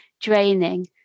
draining